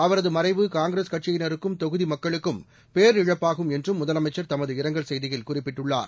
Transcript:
அவரது மறைவு காங்கிரஸ் கட்சியினருக்கும் தொகுதி மக்களுக்கும் பேரிழப்பாகும் என்றும் முதலமைச்ச் தமது இரங்கல் செய்தியில் குறிப்பிட்டுள்ளார்